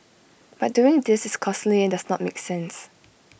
but doing this is costly and does not make sense